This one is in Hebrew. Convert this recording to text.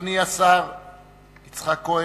אדוני השר יצחק כהן,